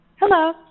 Hello